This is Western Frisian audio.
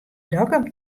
dokkum